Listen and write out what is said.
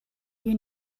you